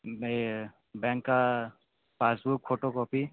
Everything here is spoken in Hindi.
बैंक का पासबुक फोटोकॉपी